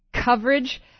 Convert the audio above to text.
coverage